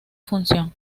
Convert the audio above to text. función